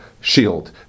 shield